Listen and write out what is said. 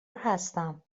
هستم